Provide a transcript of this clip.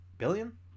Billion